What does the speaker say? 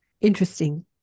Interesting